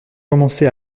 commencé